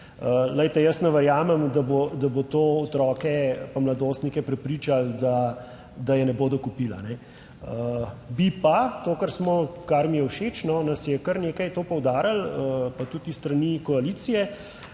Glejte, jaz ne verjamem, da bo to otroke in mladostnike prepričalo, da je ne bodo kupili. Bi pa, to, kar mi je všeč, no, nas je kar nekaj to poudarilo, pa tudi s strani koalicije,